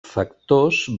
factors